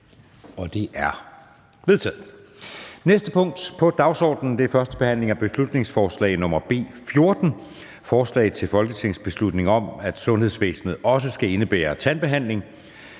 Det er vedtaget. --- Det næste punkt på dagsordenen er: 4) 1. behandling af beslutningsforslag nr. B 14: Forslag til folketingsbeslutning om, at sundhedsvæsenet også skal indebære tandbehandling